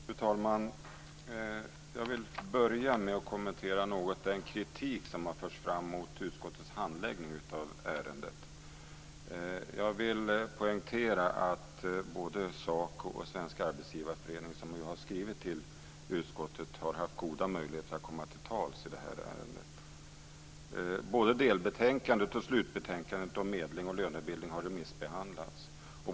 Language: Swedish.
Fru talman! Jag vill börja med att något kommentera den kritik som förts fram mot utskottets handläggning av ärendet. Jag vill poängtera att både SACO och Svenska Arbetsgivareföreningen, som ju har skrivit till utskottet, har haft goda möjligheter att komma till tals i ärendet. Både delbetänkandet och slutbetänkandet om medling och lönebildning har remissbehandlats.